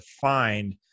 find